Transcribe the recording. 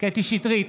קטי קטרין שטרית,